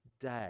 day